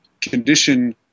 condition